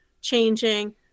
changing